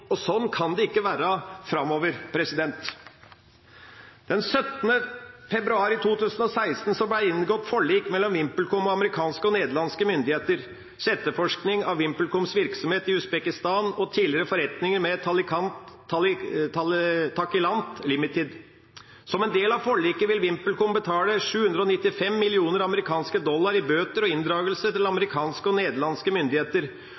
og sånn kan det ikke være framover. Den 17. februar 2016 ble det inngått forlik mellom VimpelCom og amerikanske og nederlandske myndigheter etter etterforskning av VimpelComs virksomhet i Usbekistan og tidligere forretninger med Takilant Ltd. Som en del av forliket vil VimpelCom betale 795 mill. US-dollar i bøter og inndragelser til amerikanske og nederlandske myndigheter